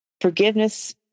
forgiveness